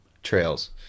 trails